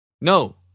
No